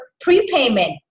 prepayment